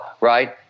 Right